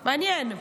מעניין.